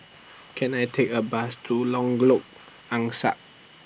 Can I Take A Bus to Angsa